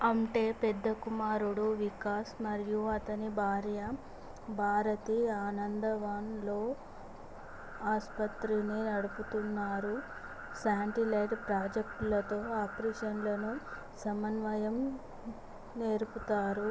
ఆమ్టే పెద్ద కుమారుడు వికాస్ మరియు అతని భార్య భారతి ఆనందవన్లో ఆసుపత్రిని నడుపుతున్నారు శాటిలైట్ ప్రాజెక్టులతో ఆపరేషన్లను సమన్వయం నెరుపుతారు